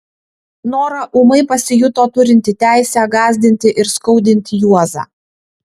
nora ūmai pasijuto turinti teisę gąsdinti ir skaudinti juozą